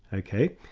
ah ok,